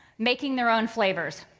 making their own flavors.